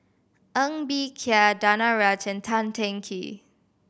Ng Bee Kia Danaraj Tan Teng Kee